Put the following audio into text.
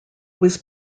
was